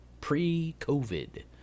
pre-COVID